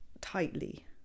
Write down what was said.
tightly